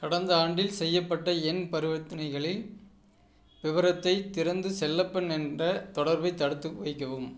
கடந்த ஆண்டில் செய்யப்பட்ட என் பரிவர்த்தனைகளின் விவரத்தைத் திறந்து செல்லப்பன் என்ற தொடர்பை தடுத்துவைக்கவும்